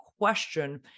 question